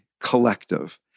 collective